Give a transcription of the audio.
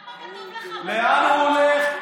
למה, לאן הוא הולך?